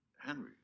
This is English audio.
Henry